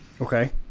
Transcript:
Okay